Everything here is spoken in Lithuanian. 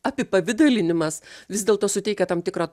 apipavidalinimas vis dėlto suteikia tam tikrą